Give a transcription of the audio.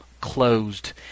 closed